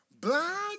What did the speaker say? blind